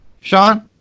Sean